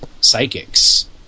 psychics